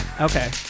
Okay